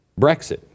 Brexit